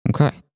Okay